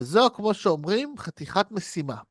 וזו, כמו שאומרים, חתיכת משימה.